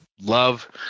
love